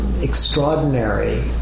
extraordinary